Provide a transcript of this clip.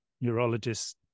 neurologists